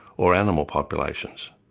or animal populations.